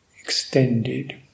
extended